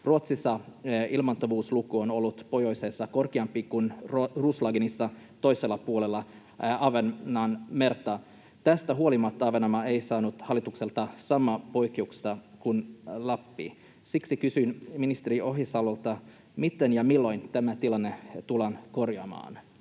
Ruotsissa ilmaantuvuusluku on ollut pohjoisessa korkeampi kuin Roslagenissa toisella puolella Ahvenanmerta. Tästä huolimatta Ahvenanmaa ei saanut hallitukselta samaa oikeutta kuin Lappi. Siksi kysyn ministeri Ohisalolta: miten ja milloin tämä tilanne tullaan korjaamaan?